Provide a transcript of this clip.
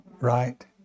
Right